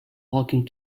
working